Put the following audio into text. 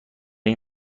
این